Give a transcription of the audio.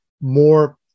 more